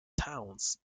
towns